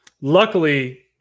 Luckily